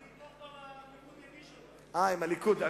אני אתמוך בה מכיוון, אה, עם הליכוד.